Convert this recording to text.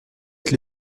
être